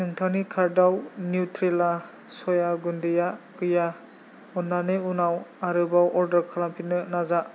नोंथांनि कार्टआव न्युत्रेला सया गुन्दैया गैया अननानै उनाव आरोबाव अर्डार खालामफिननो नाजा